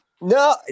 No